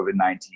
COVID-19